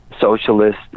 socialist